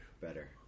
Better